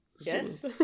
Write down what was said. Yes